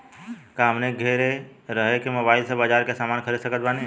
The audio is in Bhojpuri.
का हमनी के घेरे रह के मोब्बाइल से बाजार के समान खरीद सकत बनी?